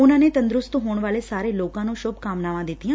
ਉਨੂਾ ਨੇ ਤੰਦਰੁਸਤ ਹੋਣ ਵਾਲੇ ਸਾਰੇ ਲੋਕਾਂ ਨੂੰ ਸੁਭਕਾਮਨਾਵਾਂ ਦਿੱਤੀਆਂ